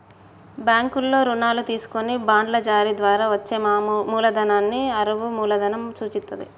బ్యాంకుల్లో రుణాలు తీసుకొని బాండ్ల జారీ ద్వారా వచ్చే మూలధనాన్ని అరువు మూలధనం సూచిత్తది